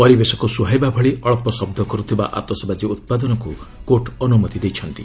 ପରିବେଶକୁ ସୁହାଇବା ଭଳି ଅଳ୍ପ ଶବ୍ଦ କରୁଥିବା ଆତସବାଜି ଉତ୍ପାଦନକୁ କୋର୍ଟ ଅନୁମତି ଦେଇଛନ୍ତି